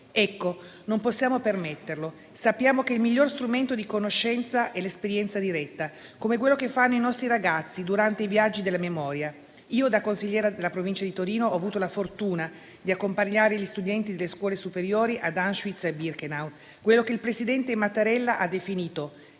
Non possiamo permetterlo. Sappiamo che il miglior strumento di conoscenza è l'esperienza diretta, come quello che fanno i nostri ragazzi durante i viaggi della memoria. Da consigliera della Provincia di Torino ho avuto la fortuna di accompagnare gli studenti delle scuole superiori ad Auschwitz e Birkenau, quello che il presidente Mattarella ha definito